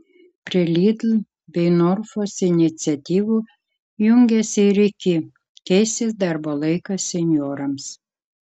prie lidl bei norfos iniciatyvų jungiasi ir iki keisis darbo laikas senjorams